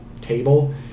table